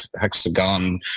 hexagon